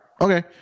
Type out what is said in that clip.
Okay